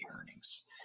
earnings